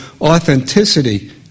authenticity